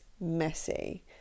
messy